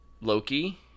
Loki